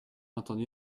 entendu